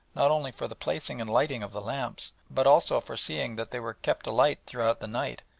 not only for the placing and lighting of the lamps, but also for seeing that they were kept alight throughout the night,